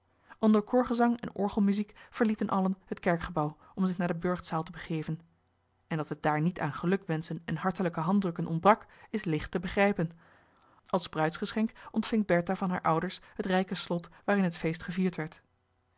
onder koorgezang en orgelmuziek verlieten allen het kerkgebouw om zich naar de burchtzaal te begeven en dat het daar niet aan gelukwenschen en hartelijke handdrukken ontbrak is licht te begrijpen als bruidsgeschenk ontving bertha van hare ouders het rijke slot waarin het feest gevierd werd